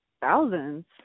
Thousands